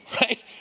Right